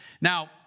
Now